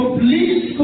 please